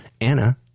Anna